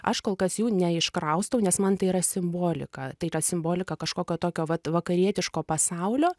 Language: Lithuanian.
aš kol kas jų neiškraustau nes man tai yra simbolika tai yra simbolika kažkokio tokio vat vakarietiško pasaulio